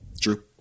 True